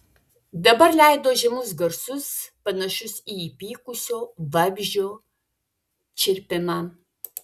dabar leido žemus garsus panašius į įpykusio vabzdžio čirpimą